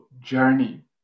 journey